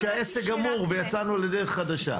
גמור ושיצאנו לדרך חדשה.